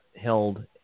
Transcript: held